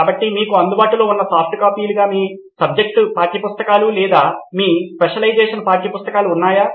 కాబట్టి మీకు అందుబాటులో ఉన్న సాఫ్ట్కోపీలుగా మీ సబ్జెక్ట్ పాఠ్యపుస్తకాలు లేదా మీ స్పెషలైజేషన్ పాఠ్యపుస్తకాలు ఉన్నాయా